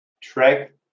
track